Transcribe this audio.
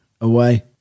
away